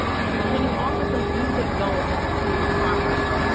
so can you offer some dos and don'ts for your process,